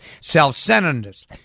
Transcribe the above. self-centeredness